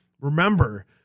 Remember